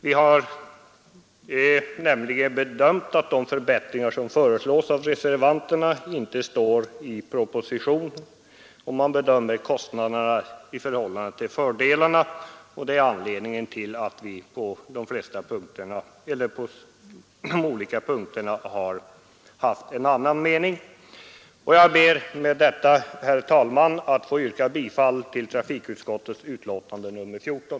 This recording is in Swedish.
Vi har bedömt att de förbättringar och fördelar som föreslås av reservanterna inte står i proportion till kostnaderna. Detta är anledningen till att vi på de olika punkterna haft en annan mening. Jag ber med detta, herr talman, att få yrka bifall till trafikutskottets hemställan i dess utlåtande nr 14.